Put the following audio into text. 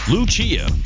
Lucia